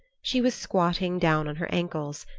she was squatting down on her ankles,